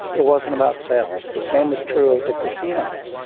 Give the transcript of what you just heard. it wasn't about sales. the same was true of the casinos.